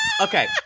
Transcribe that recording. Okay